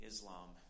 Islam